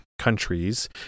Countries